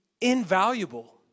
invaluable